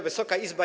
Wysoka Izbo!